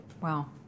Wow